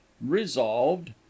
resolved